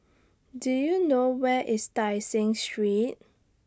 Do YOU know Where IS Tai Seng Street